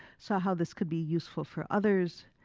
saw how this could be useful for others,